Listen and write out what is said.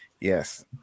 Yes